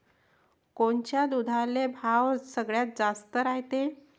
कोनच्या दुधाले भाव सगळ्यात जास्त रायते?